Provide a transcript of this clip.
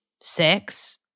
sex